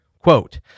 Quote